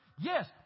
Yes